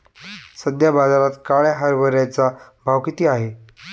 सध्या बाजारात काळ्या हरभऱ्याचा भाव किती आहे?